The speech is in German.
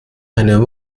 eine